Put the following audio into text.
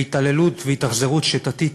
והתעללות והתאכזרות שיטתיות,